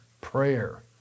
prayer